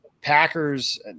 Packers